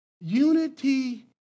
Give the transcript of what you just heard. Unity